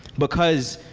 because